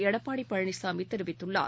எடப்பாடி பழனிசாமி தெரிவித்துள்ளார்